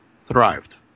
thrived